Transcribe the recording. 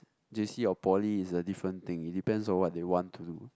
J_C or poly is a different thing it depends on what they want to do